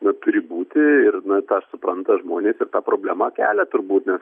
na turi būti ir na tą supranta žmonės ir tą problemą kelia turbūt nes